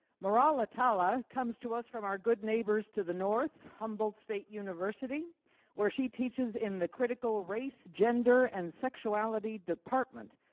maral attallah comes to us from our good neighbors to the north, humboldt state university where she teaches in the critical race, gender, and sexuality department.